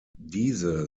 diese